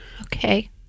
okay